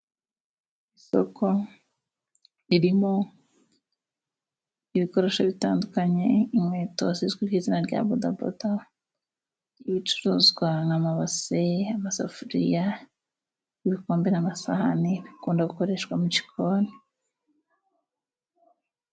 Isoko ririmo ibikoresho bitandukanye, inkweto zizwi ku izina rya bodabota ry'ibicuruzwa na amabase n'amasafuriya, ibikombe n'amasahani bikunda gukoreshwa mu gikoni.